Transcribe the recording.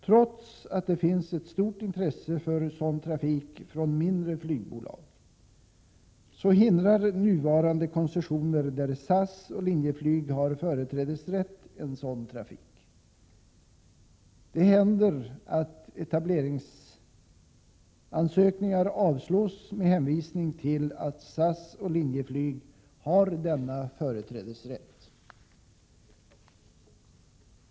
Trots att det finns ett stort intresse för sådan trafik hos mindre flygbolag, hindrar nuvarande koncessioner, genom vilka SAS och Linjeflyg har företrädesrätt, en sådan trafik. Det händer att etableringsansökningar avslås med hänvisning till att SAS och Linjeflyg har denna företrädesrätt.